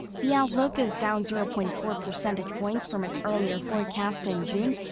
the outlook is down zero point four percentage points from its earlier forecast in june.